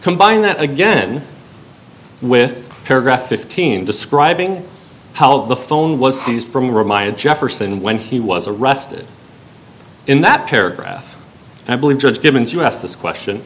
combine that again with paragraph fifteen describing how the phone was seized from reminded jefferson when he was arrested in that paragraph i believe judge givens you asked this question